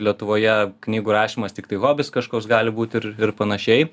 lietuvoje knygų rašymas tiktai hobis kažkoks gali būt ir ir panašiai